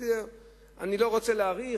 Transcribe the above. אני לא רוצה להאריך,